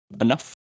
enough